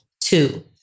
Two